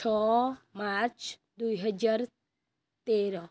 ଛଅ ମାର୍ଚ୍ଚ ଦୁଇ ହଜାର ତେର